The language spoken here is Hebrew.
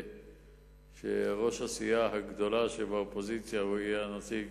שראש הסיעה הגדולה שבאופוזיציה יהיה הנציג